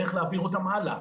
איך להעביר אותם הלאה.